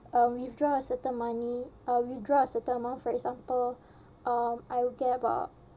um withdraw a certain money uh withdraw a certain amount for example um I would get about